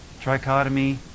trichotomy